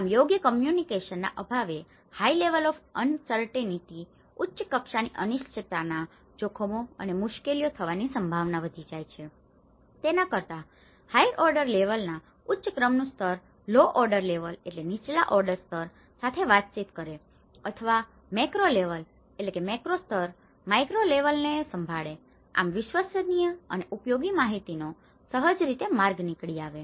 આમ યોગ્ય કોમ્યુનિકેશનના communication વાતચીત અભાવે high level of uncertainty high levels of uncertainty ઉચ્ચ કક્ષાની અનિશ્ચિતતા જોખમો અને મુશ્કેલીઓ થવાની સંભાવના વધી જાય છે તેના કરતાં હાઇર ઓર્ડર લેવલનાhigher order level ઉચ્ચ ક્રમનું સ્તર low order level lower order level નીચલા ઓર્ડર સ્તર સાથે વાતચીત કરે અથવા macro level macro level macro સ્તર માઇક્રો લેવલને micro level માઇક્રો સ્તર સંભાળે આમ વિશ્વસનીય અને ઉપયોગી માહિતીનો સહજ રીતે માર્ગ નીકળી આવે